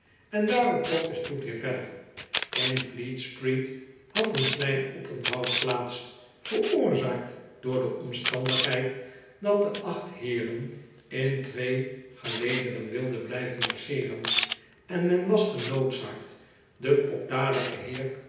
en daar op trok de stoet weer verder in fleet-street had een klein oponthoud plaats veroorzaakt door de omstandigheid dat de acht heeren in twee gelederen wilden blijven marcheeren en men was genoodzaakt den pokdaligen heer